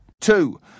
Two